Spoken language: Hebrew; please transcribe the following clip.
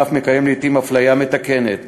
ואף מקיים לעתים אפליה מתקנת